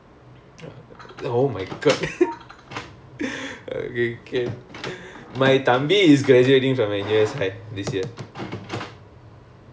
இல்லை மொக்கை:illai mokkai piece uh but ya